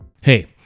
Hey